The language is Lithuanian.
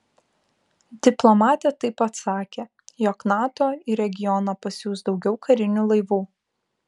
diplomatė taip pat sakė jog nato į regioną pasiųs daugiau karinių laivų